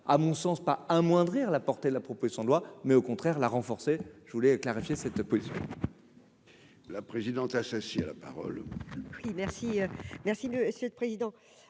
à mon sens pas amoindrir la portée, la proposition de loi mais au contraire la renforcer, je voulais clarifier cette police. La présidente, associée à la parole. Oui, merci, merci Monsieur le Président,